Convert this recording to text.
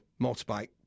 motorbike